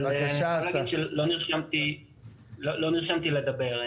אבל לא נרשמתי לדבר,